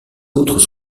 autres